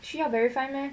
需要 verify meh